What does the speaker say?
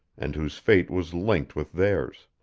and whose fate was linked with theirs.